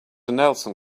nelson